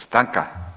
Stanka.